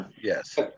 Yes